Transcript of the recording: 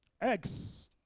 Eggs